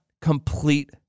complete